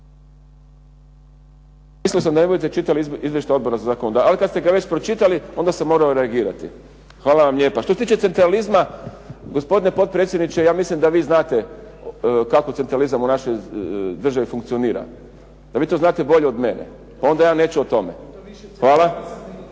sam da ne budete čitali izvještaj Odbora za zakonodavstvo ali kada ste ga već pročitali onda sam morao reagirati. Hvala vam lijepa. Što se tiče centralizma, gospodine potpredsjedniče, ja mislim da vi znate kako centralizam u našoj državi funkcionira, da vi to znate bolje od mene, pa onda ja neću o tome. Hvala.